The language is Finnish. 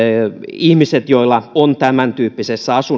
ihmiset joilla on tämäntyyppisessä